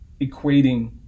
equating